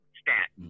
stat